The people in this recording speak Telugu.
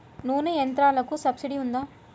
నూనె యంత్రాలకు సబ్సిడీ ఉందా?